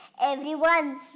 Everyone's